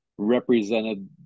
represented